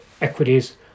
equities